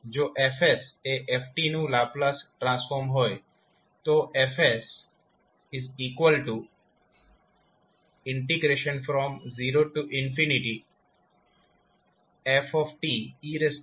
જો F એf નું લાપ્લાસ નું ટ્રાન્સફોર્મ હોય તો F0fe stdt છે